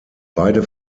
beide